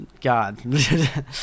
God